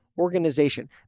organization